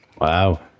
Wow